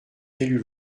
élus